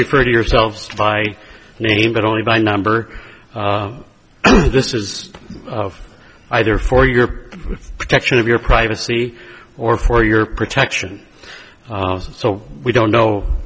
refer to yourselves by name but only by number two this is either for your protection of your privacy or for your protection so we don't know